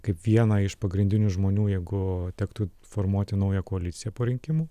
kaip vieną iš pagrindinių žmonių jeigu tektų formuoti naują koaliciją po rinkimų